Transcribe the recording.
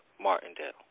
Martindale